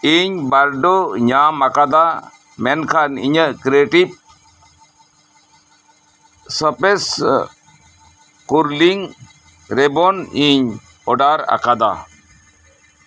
ᱤᱧ ᱵᱟᱨᱰᱳ ᱧᱟᱢ ᱟᱠᱟᱫᱟ ᱢᱮᱱᱠᱷᱟᱱ ᱤᱧᱟᱹᱜ ᱠᱨᱮᱰᱤᱴ ᱥᱟᱯᱮᱥ ᱠᱚᱨᱞᱤᱝ ᱨᱮᱵᱚᱱ ᱤᱧ ᱚᱰᱟᱨ ᱟᱠᱟᱫᱟ